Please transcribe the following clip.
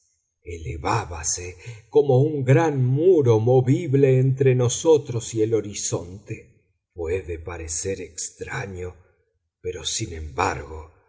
atrás elevábase como un gran muro movible entre nosotros y el horizonte puede parecer extraño pero sin embargo